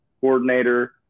coordinator